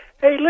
Hey